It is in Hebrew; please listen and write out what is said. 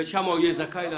ושם הוא יהיה זכאי להסעה.